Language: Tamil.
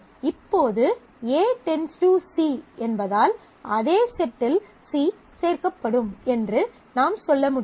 இப்போது A → C என்பதால் அதே செட்டில் C சேர்க்கப்படும் என்று நாம் சொல்ல முடியும்